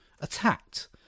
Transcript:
attacked